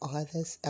others